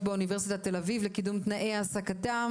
באוניברסיטת תל אביב לקידום תנאי העסקתם.